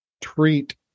treat